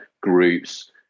groups